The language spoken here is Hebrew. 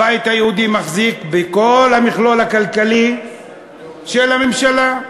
הבית היהודי מחזיק בכל המכלול הכלכלי של הממשלה,